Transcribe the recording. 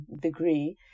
degree